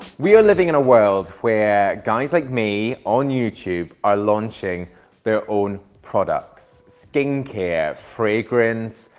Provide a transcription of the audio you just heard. we're living in a world where guys like me on youtube are launching their own products, skincare, fragrance,